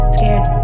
scared